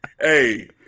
Hey